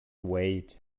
wait